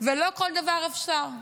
ולא כל דבר אפשר.